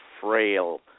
frail